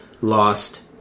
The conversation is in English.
lost